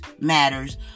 matters